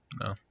No